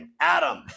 Adam